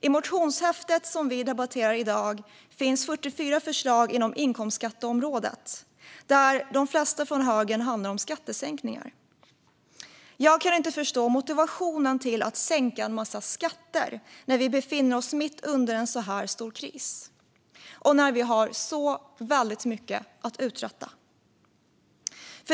I motionshäftet som vi debatterar i dag finns 44 förslag inom inkomstskatteområdet, där de flesta från högern handlar om skattesänkningar. Jag kan inte förstå motiveringen för att sänka en massa skatter när vi befinner oss mitt i en stor kris och har så mycket att uträtta.